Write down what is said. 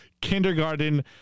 kindergarten